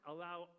allow